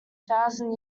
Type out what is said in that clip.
thousand